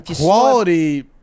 Quality